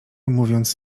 mówiąc